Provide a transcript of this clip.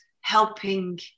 helping